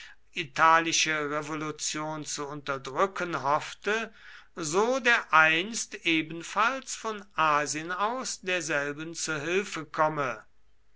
italische revolution zu unterdrücken hoffte so dereinst ebenfalls von asien aus derselben zu hilfe komme